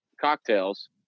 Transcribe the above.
cocktails